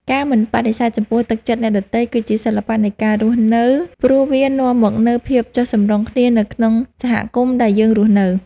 ការមិនបដិសេធចំពោះទឹកចិត្តអ្នកដទៃ គឺជាសិល្បៈនៃការរស់នៅ ព្រោះវានាំមកនូវភាពចុះសម្រុងគ្នានៅក្នុងសហគមន៍ដែលយើងរស់នៅ។